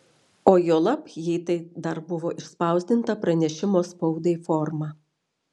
o juolab jei tai dar buvo išspausdinta pranešimo spaudai forma